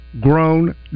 grown